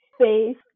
face